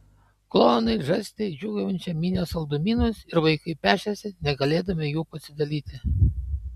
klounai žarstė į džiūgaujančią minią saldumynus ir vaikai pešėsi negalėdami jų pasidalyti